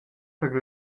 per